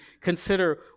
consider